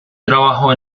trabajo